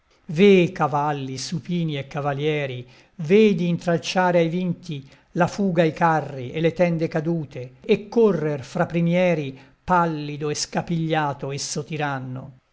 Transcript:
ve cavalli supini e cavalieri vedi intralciare ai vinti la fuga i carri e le tende cadute e correr fra primieri pallido e scapigliato esso tiranno